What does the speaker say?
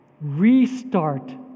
restart